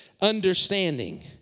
understanding